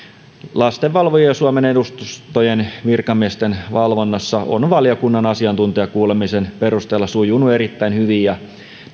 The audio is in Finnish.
lastenvalvojien ja suomen edustustojen virkamiesten valvonnassa on valiokunnan asiantuntijakuulemisen perusteella sujunut erittäin hyvin ja